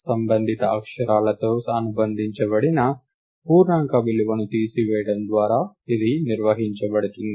సంబంధిత అక్షరాలతో అనుబంధించబడిన పూర్ణాంక విలువను తీసివేయడం ద్వారా ఇది నిర్వహించబడుతుంది